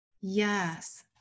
Yes